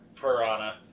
Piranha